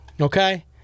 Okay